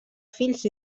fills